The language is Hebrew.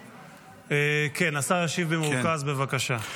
השר ישיב במרוכז, בבקשה.